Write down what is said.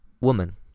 woman